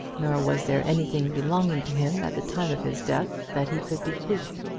nor was there anything belonging to him at the time of his death that he could bequeath.